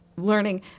Learning